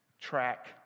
track